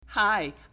Hi